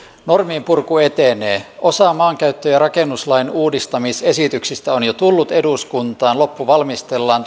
normien purku etenee osa maankäyttö ja rakennuslain uudistamisesityksistä on jo tullut eduskuntaan loppu valmistellaan